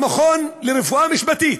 במכון לרפואה משפטית,